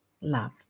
love